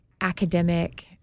academic